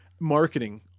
Marketing